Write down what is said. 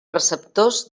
receptors